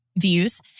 views